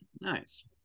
Nice